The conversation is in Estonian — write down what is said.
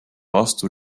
vastu